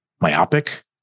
myopic